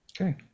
okay